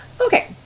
okay